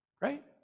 right